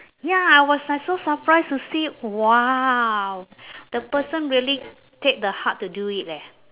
ya I was like so surprised to see !wow! the person really take the heart to do it leh